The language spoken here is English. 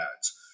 ads